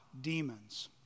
demons